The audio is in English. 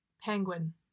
penguin